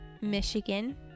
Michigan